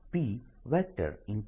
તેથી P